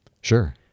Sure